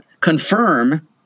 confirm